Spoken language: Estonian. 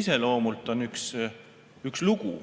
iseloomult on üks lugu,